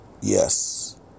Yes